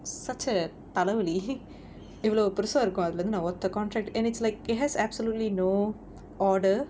such a தலவலி:thalavali இவ்வளவு பெருசா இருக்கும் அதுலயிருந்து நான் ஒத்த:ivvalavu perusaa irukkum athulayirunthu naan otha contract and it's like it has absolutely no order